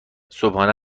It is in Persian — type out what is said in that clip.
صبحانه